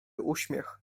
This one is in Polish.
uśmiech